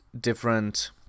different